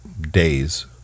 days